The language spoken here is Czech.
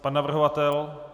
Pan navrhovatel?